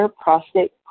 prostate